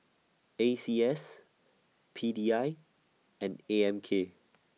A C S P D I and A M K